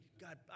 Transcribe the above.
God